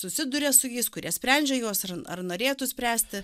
susiduria su jais kurie sprendžia juos ir ar norėtų spręsti